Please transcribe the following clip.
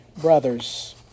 brothers